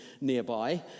nearby